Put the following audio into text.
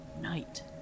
Night